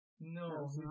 No